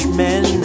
men